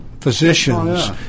physicians